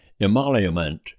emolument